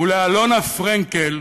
היא אלונה פרנקל,